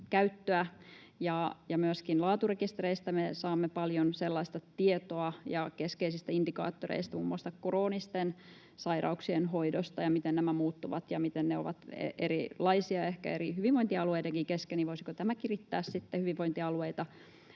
myöskin laaturekistereistä ja keskeisistä indikaattoreista, muun muassa kroonisten sairauksien hoidosta ja siitä, miten nämä muuttuvat ja miten ne ovat erilaisia ehkä eri hyvinvointialueidenkin kesken, niin voisiko tämä kirittää hyvinvointialueita